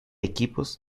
equipos